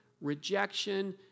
rejection